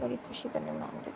बड़ी खुशी कन्नै मनांदे न